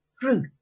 Fruit